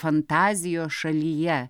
fantazijos šalyje